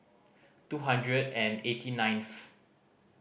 two hundred and eighty ninth